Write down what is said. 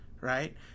right